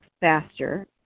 faster